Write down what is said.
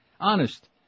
Honest